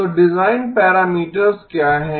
तो design parameters क्या हैं